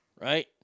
right